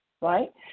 right